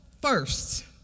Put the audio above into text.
first